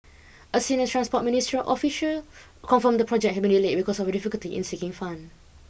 a senior transport ministry official confirmed the project had been delayed because of a difficulty in seeking fund